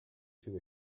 too